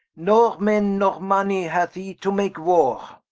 nor men nor money hath he to make warre